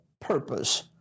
purpose